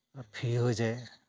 free হৈ যায়